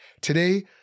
Today